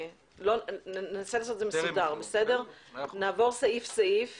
שננסה לעשות את זה מסודר, נעבור סעיף סעיף